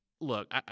Look